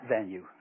venue